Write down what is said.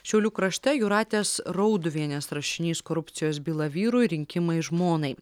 šiaulių krašte jūratės rauduvienės rašinys korupcijos byla vyrui rinkimai žmonai